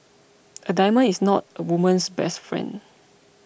a diamond is not a woman's best friend